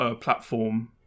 platform